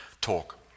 talk